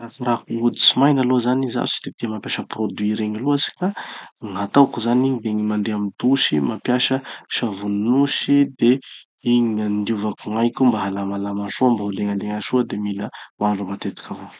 Hikarakarako gny hoditsy maina aloha zany, zaho tsy de tia mampiasa produits regny loatsy fa gn'ataoko zany de gny mandeha amy dosy mampiasa savony nosy de igny gn'andiovako gn'aiko mba halamalama soa mba ho legnalegna soa de mila mandro matetiky avao.